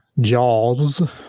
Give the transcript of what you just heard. Jaws